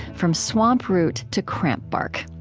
from swamp root to cramp bark.